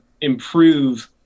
improve